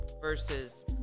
versus